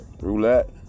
Roulette